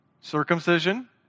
Circumcision